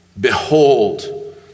Behold